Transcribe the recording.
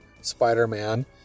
Spider-Man